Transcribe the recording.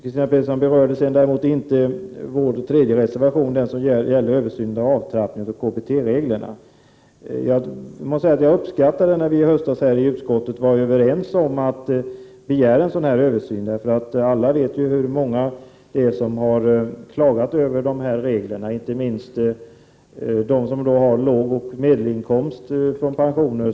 Christina Pettersson berörde däremot inte centerpartiets tredje reservation, som gäller en översyn av avtrappningen av KBT-reglerna. Jag uppskattade när vi i utskottet i höstas var överens om att begära en sådan här översyn. Alla vet hur många det är som har klagat över dessa regler, inte minst de som har låga inkomster och medelinkomster från pensioner.